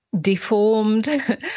deformed